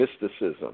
mysticism